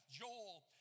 Joel